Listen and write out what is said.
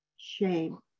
shame